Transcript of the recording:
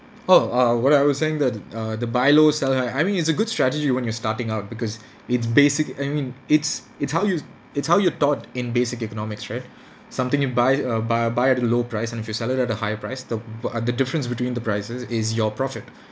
oh uh what I was saying that uh the buy low sell high I mean it's a good strategy when you're starting out because it's basic I mean it's it's how you it's how you're taught in basic economics right something you buy uh buy uh buy at a low price and if you sell it at a high price the what uh the difference between the prices is your profit